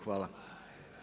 Hvala.